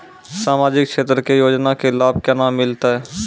समाजिक क्षेत्र के योजना के लाभ केना मिलतै?